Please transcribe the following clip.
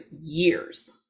years